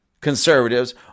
conservatives